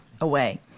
away